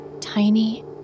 tiny